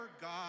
God